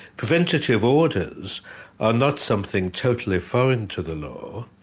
preventative orders are not something totally foreign to the law.